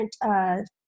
different